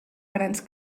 grans